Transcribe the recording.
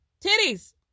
titties